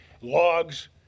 logs